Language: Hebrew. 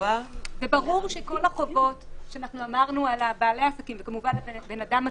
ברור שכל החובות שאמרנו על בעלי העסקים וכמובן האדם עצמו,